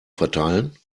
verteilen